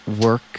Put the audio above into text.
work